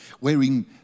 wearing